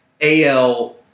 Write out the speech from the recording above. AL